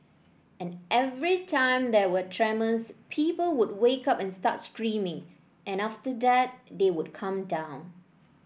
and every time there were tremors people would wake up and start screaming and after that they would calm down